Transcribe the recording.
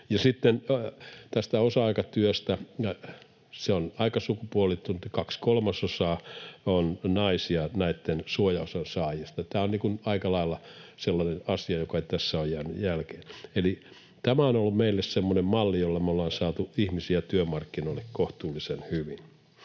Sitten tämä osa-aikatyö on aika sukupuolittunutta: kaksi kolmasosaa on naisia näitten suojaosien saajista. Tämä on aika lailla sellainen asia, joka tässä on jäänyt jälkeen. Eli tämä on ollut meille semmoinen malli, jolla me ollaan saatu ihmisiä työmarkkinoille kohtuullisen hyvin.